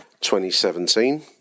2017